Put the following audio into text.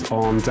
on